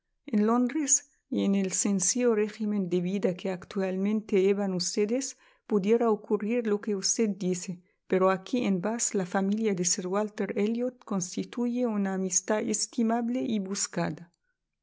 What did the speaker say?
en londres y en el sencillo régimen de vida que actualmente llevan ustedes pudiera ocurrir lo que usted dice pero aquí en bath la familia de sir walter elliot constituye una amistad estimable y buscada